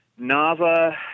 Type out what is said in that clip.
Nava